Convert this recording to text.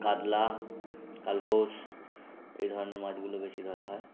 কাতলা কালবোস এই ধরনের মাছগুলো বেশি ধরা হয়